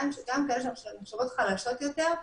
גם כאלו שנחשבות חלשות יותר,